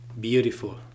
Beautiful